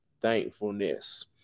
thankfulness